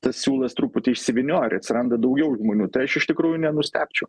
tas siūlas truputį išsivynioja atsiranda daugiau žmonių tai aš iš tikrųjų nenustebčiau